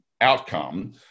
outcome